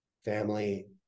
family